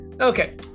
Okay